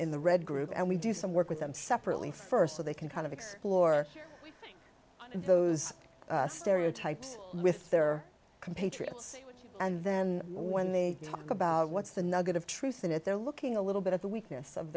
in the red group and we do some work with them separately st so they can kind of explore those stereotypes with their compatriots and then when they talk about what's the nugget of truth in it they're looking a little bit at the weakness of